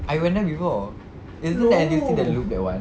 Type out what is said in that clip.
I went there before isn't that N_T_U_C the loop that [one]